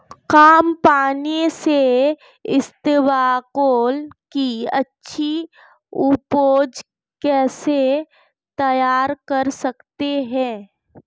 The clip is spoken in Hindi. कम पानी से इसबगोल की अच्छी ऊपज कैसे तैयार कर सकते हैं?